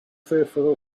fearful